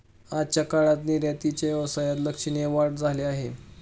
आजच्या काळात निर्यातीच्या व्यवसायात लक्षणीय वाढ झाली आहे